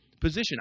position